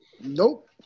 Nope